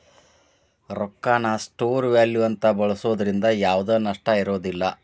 ರೊಕ್ಕಾನ store value ಅಂತ ಬಳ್ಸೋದ್ರಿಂದ ಯಾವ್ದ್ ನಷ್ಟ ಇರೋದಿಲ್ಲ